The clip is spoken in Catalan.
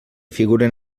figuren